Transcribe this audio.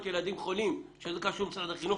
ילדים חולים שזה קשור למשרד החינוך?